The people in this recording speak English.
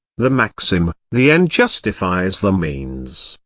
the maxim, the end justifies the means,